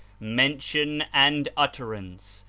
mention and utterance,